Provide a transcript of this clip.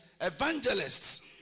evangelists